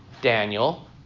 Daniel